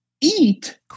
eat